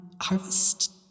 Harvest